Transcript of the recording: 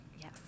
Yes